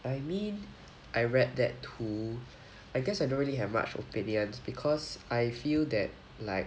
I mean I read that too I guess I don't really have much opinions because I feel that like